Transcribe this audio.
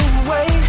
away